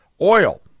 oil